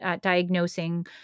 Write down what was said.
diagnosing